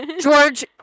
George